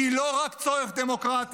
הן לא רק צורך דמוקרטי,